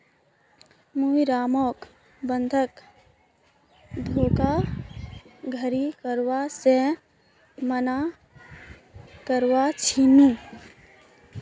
मुई रामक बंधक धोखाधड़ी करवा से माना कर्या छीनु